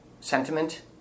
sentiment